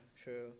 true